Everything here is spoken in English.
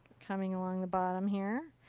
coming along the bottom here.